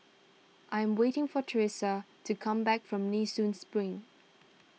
I'm waiting for Thresa to come back from Nee Soon Spring